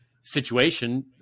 situation